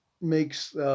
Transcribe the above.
makes